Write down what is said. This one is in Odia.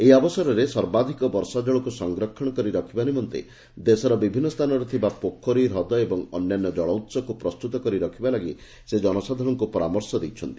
ଏହି ଅବସରରେ ସର୍ବାଧିକ ବର୍ଷାଜଳକୁ ସଂରକ୍ଷଣ କରି ରଖିବା ନିମନ୍ତେ ଦେଶର ବିଭିନ୍ନ ସ୍ଥାନରେ ଥିବା ପୋଖରୀ ହ୍ରଦ ଓ ଅନ୍ୟାନ୍ୟ ଜଳଉହକୁ ପ୍ରସ୍ତୁତ କରି ରଖିବା ଲାଗି ସେ ଜନସାଧାରଣଙ୍କୁ ପରାମର୍ଶ ଦେଇଛନ୍ତି